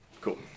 Cool